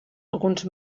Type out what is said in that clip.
alguns